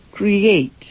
create